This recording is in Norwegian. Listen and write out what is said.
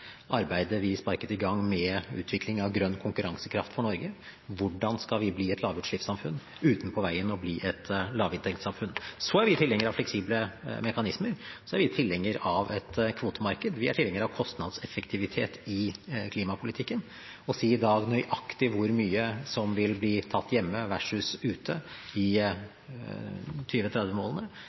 arbeidet vi sparket i gang med utvikling av grønn konkurransekraft for Norge – hvordan skal vi bli et lavutslippssamfunn uten på veien å bli et lavinntektssamfunn? Vi er tilhengere av fleksible mekanismer. Vi er tilhengere av et kvotemarked. Vi er tilhengere av kostnadseffektivitet i klimapolitikken. Å si i dag nøyaktig hvor mye som vil bli tatt hjemme versus ute, i